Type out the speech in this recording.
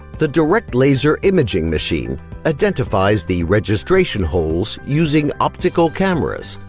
the direct laser imaging machine identifies the registration holes using optical cameras,